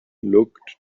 looked